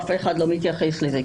אף אחד לא מתייחס לזה,